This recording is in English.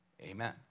Amen